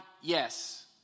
yes